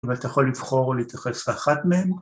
‫ואתה יכול לבחור להתייחס לאחת מהן?